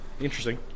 Interesting